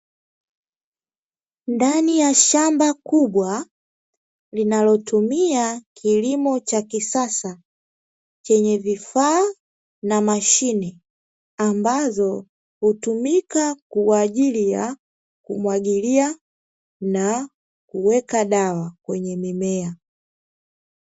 Ndani ya shamba kubwa linalotumia kilimo cha kisasa chenye vifaa na mashine, ambazo hutumika kwa ajili ya kumwagilia na kuweka dawa kwenye mimea.